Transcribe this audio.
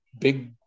big